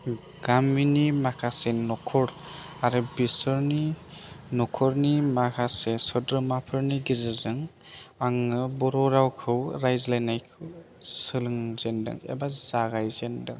गामिनि माखासे नखर आरो बिसोरनि नखरनि माखासे सोद्रोमाफोरनि गेजेरजों आङो बर' रावखौ रायज्लायनायखौ सोलों जेनदों एबा जागायजेनदों